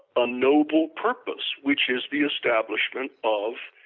a noble purpose, which is the establishment of,